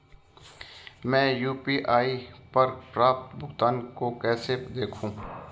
मैं यू.पी.आई पर प्राप्त भुगतान को कैसे देखूं?